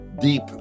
deep